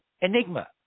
enigma